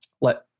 let